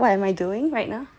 what am I doing right now